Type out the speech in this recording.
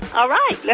all right. yeah